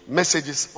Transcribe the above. messages